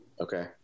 okay